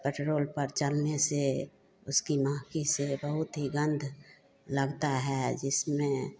petrol पर चलने से उसकी महकी से बहुत ही गन्ध लगती है जिसमें